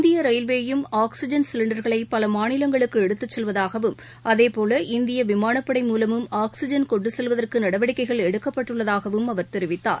இந்திய ரயில்வேயும் ஆக்ஸிஜன் சிலிண்டர்களை பல மாநிலங்களுக்கு எடுத்துச் செல்வதாகவும் அதேபோல இந்திய விமானப்படை மூலமும் ஆக்ஸிஜன் கொண்டு செல்வதற்கு நடவடிக்கைகள் எடுக்கப்பட்டுள்ளதாகவும் அவர் தெரிவித்தார்